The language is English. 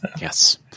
yes